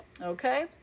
okay